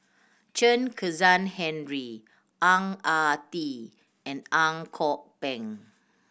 Chen Kezhan Henri Ang Ah Tee and Ang Kok Peng